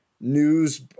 news